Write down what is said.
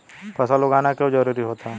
फसल उगाना क्यों जरूरी होता है?